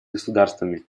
государствами